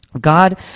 God